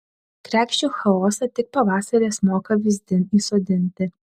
kregždžių chaosą tik pavasaris moka vyzdin įsodinti